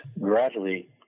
gradually